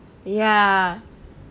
ya